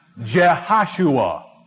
Jehoshua